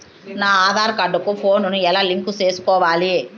నా ఆధార్ కార్డు కు ఫోను ను ఎలా లింకు సేసుకోవాలి?